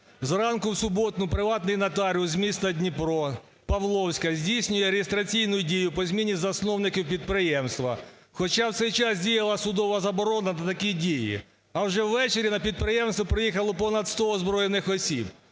Зранку в суботу приватний нотаріус з міста Дніпро Павловська здійснює реєстраційну дію по зміні засновників підприємства. Хоча в цей час діяла судова заборона на такі дії. А вже у вечері на підприємство приїхало понад сто озброєних осіб.